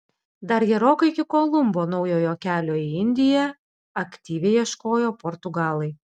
dar gerokai iki kolumbo naujojo kelio į indiją aktyviai ieškojo portugalai